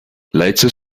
later